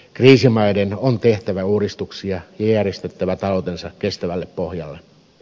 kriisimaiden on tehtävä uudistuksia ja järjestettävä taloutensa kestävälle pohjalle